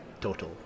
total